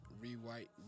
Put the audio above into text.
rewrite